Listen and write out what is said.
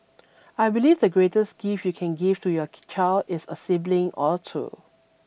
I believe the greatest gift you can give to your child is a sibling or two